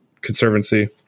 conservancy